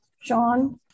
Sean